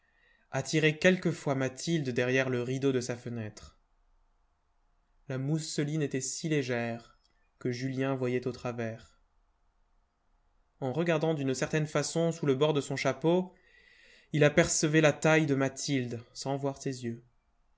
attiraient quelquefois mathilde derrière le rideau de sa fenêtre la mousseline était si légère que julien voyait au travers en regardant d'une certaine façon sous le bord de son chapeau il apercevait la taille de mathilde sans voir ses yeux